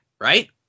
right